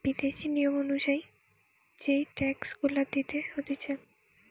বিদেশি নিয়ম অনুযায়ী যেই ট্যাক্স গুলা দিতে হতিছে